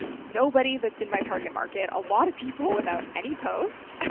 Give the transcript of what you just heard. nobody that's in my target market. a lot of people without any posts.